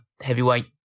heavyweight